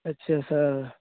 اچھا سر